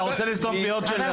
אתה רוצה לסתום פניות של המרצים?